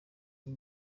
n’i